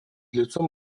лицом